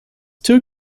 two